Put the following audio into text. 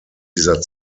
dieser